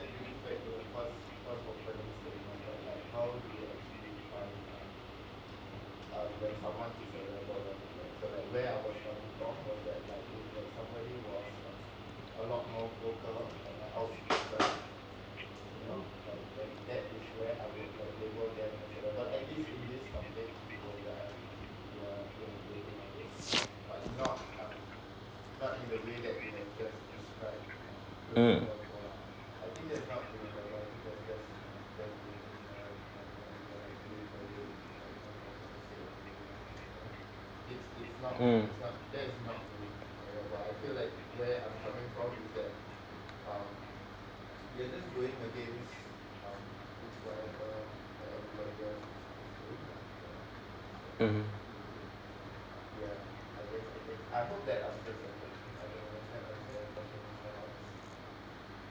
mm mm mmhmm